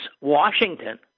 Washington